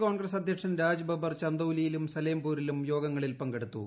കോൺഗ്രസ്സ് അദ്ധ്യക്ഷൻ രാജ്ബബ്ബർ ചന്ദൌലിയിലും സലെംപൂരിലും യോഗങ്ങളിൽ പങ്കെടുത്തു